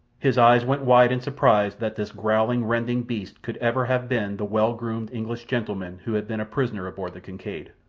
his eyes went wide in surprise that this growling, rending beast could ever have been the well-groomed english gentleman who had been a prisoner aboard the kincaid.